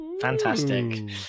Fantastic